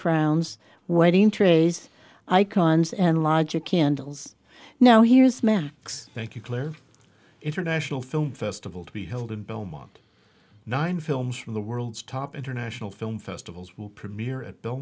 crowns wedding trays icons and logic candles now here's max thank you clare international film festival to be held in belmont nine films from the world's top international film festivals will